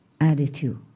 attitude